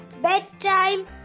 Bedtime